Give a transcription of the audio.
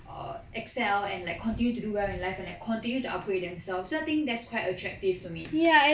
err excel and like continue to do well in life and like continue to upgrade themselves so I think that's quite attractive to me